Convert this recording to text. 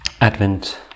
Advent